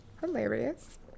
hilarious